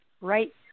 right